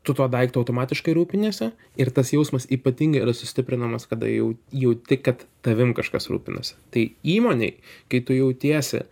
tu tuo daiktu automatiškai rūpiniesi ir tas jausmas ypatingai yra sustiprinamas kada jau jauti kad tavim kažkas rūpinasi tai įmonei kai tu jautiesi